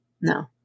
No